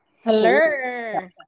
Hello